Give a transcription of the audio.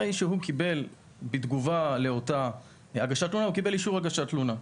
הרי שבתגובה לאותה הגשת תלונה הוא קיבל אישור הגשת תלונה.